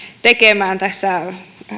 tekemään tässä